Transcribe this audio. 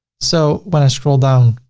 so when i scroll down,